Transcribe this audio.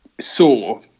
saw